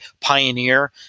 pioneer